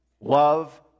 love